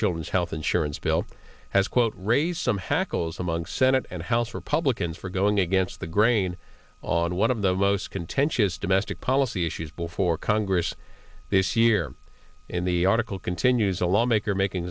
children's health insurance bill has quote raised some hackles among senate and house republicans for going against the grain on one of the most contentious domestic policy issues before congress this year in the article continues a lawmaker making